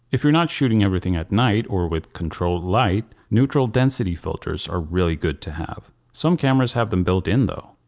if you're not shooting everything at night or with controlled light, neutral density filters are really good to have. some cameras have them built in though.